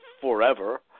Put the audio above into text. forever